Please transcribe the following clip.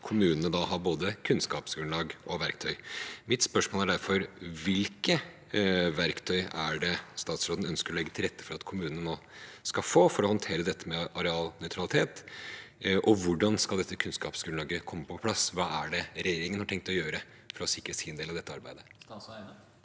kommunene har både kunnskapsgrunnlag og verktøy. Mitt spørsmål er derfor: Hvilke verktøy er det statsråden ønsker å legge til rette for at kommunene nå skal få for å håndtere arealnøytralitet, og hvordan skal det kunnskapsgrunnlaget komme på plass? Hva er det regjeringen har tenkt å gjøre for å sikre sin del av dette arbeidet? Statsråd Espen